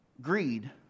greed